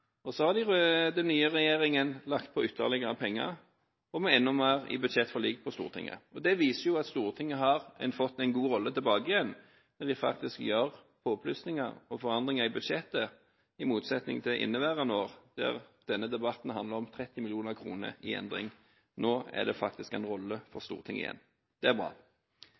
og så har den nye regjeringen lagt på ytterligere penger, og enda mer kom i budsjettforliket på Stortinget. Det viser at Stortinget har fått tilbake sin gode rolle, når det faktisk blir påplussinger og forandringer i budsjettet – i motsetning til i inneværende år, da denne debatten handlet om 30 mill. kr i endring. Nå har faktisk Stortinget en rolle igjen. Det er bra.